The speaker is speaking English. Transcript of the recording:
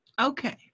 okay